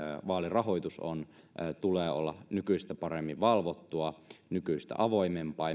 vaalirahoitus on tulee olla nykyistä paremmin valvottua nykyistä avoimempaa